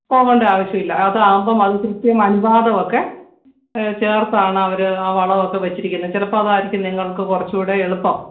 പോകേണ്ട ആവശ്യമില്ല അതാകുമ്പോള് അത് കൃത്യം അനുപാതമൊക്കെ ചേർത്താണവര് ആ വളമൊക്കെ വെച്ചിരിക്കുന്നത് ചിലപ്പോള് അതായിരിക്കും നിങ്ങൾക്ക് കുറച്ചുകൂടെ എളുപ്പം